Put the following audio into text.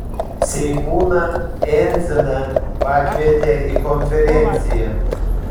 seimūną endziną pakvietė į konferenciją